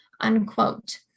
unquote